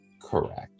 Correct